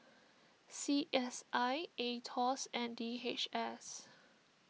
C S I Aetos and D H S